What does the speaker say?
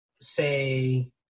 say